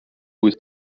ist